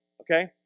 Okay